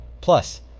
Plus